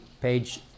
page